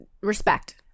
Respect